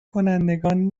کنندگان